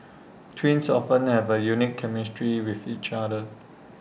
twins often have A unique chemistry with each other